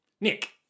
Nick